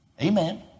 Amen